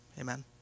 Amen